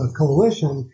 coalition